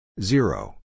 Zero